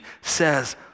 says